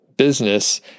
Business